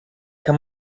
kann